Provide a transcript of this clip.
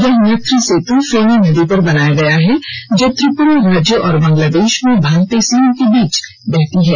यह मैत्री सेत् फेनी नदी पर बनाया गया है जो त्रिपुरा राज्य और बंगलादेश में भारतीय सीमा के बीच बहती है